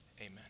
Amen